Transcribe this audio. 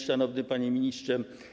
Szanowny Panie Ministrze!